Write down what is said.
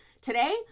today